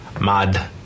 mud